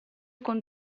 con